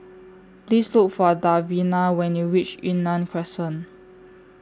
Please Look For Davina when YOU REACH Yunnan Crescent